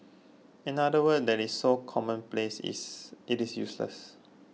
another word that is so commonplace is it is useless